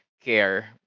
care